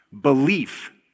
Belief